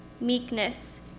meekness